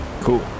Cool